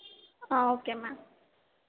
okay ma'am